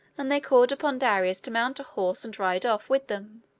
and they called upon darius to mount a horse and ride off with them,